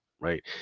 right